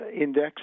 index